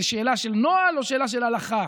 זאת שאלה של נוהל או שאלה של הלכה?